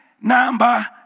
number